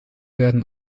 werden